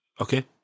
Okay